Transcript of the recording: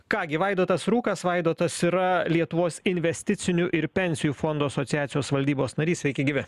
ką gi vaidotas rūkas vaidotas yra lietuvos investicinių ir pensijų fondų asociacijos valdybos narys sveiki gyvi